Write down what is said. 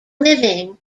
living